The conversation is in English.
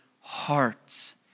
hearts